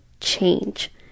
change